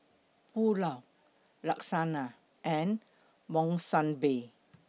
Pulao Lasagna and Monsunabe